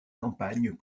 campagnes